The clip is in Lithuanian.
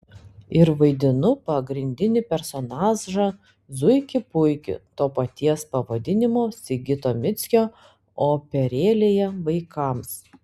ir vaidinu pagrindinį personažą zuikį puikį to paties pavadinimo sigito mickio operėlėje vaikams